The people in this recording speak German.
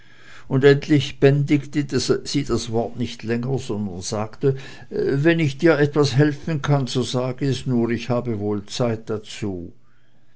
und endlich bändigte sie das wort nicht länger sondern sagte wenn ich dir etwas helfen kann so sage es nur ich habe wohl zeit dazu